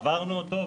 עברנו אותו,